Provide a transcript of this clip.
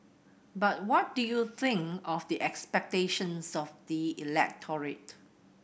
but what do you think of the expectations of the electorate